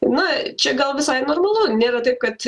na čia gal visai normalu nėra taip kad